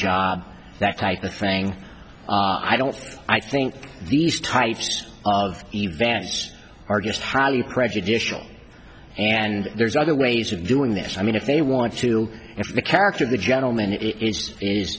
job that type of thing i don't i think these types of events are just highly prejudicial and there's other ways of doing this i mean if they want to if the character of the gentleman i